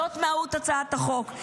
זאת מהות הצעת החוק.